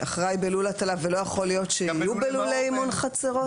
ולא יכול להיות שיהיו בלולי אימון חצרות?